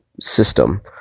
system